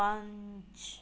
ਪੰਜ